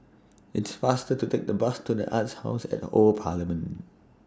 It's faster to Take The Bus to The Arts House At The Old Parliament